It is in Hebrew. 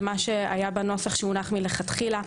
זה מה שהיה בנוסח שהונח לכתחילה.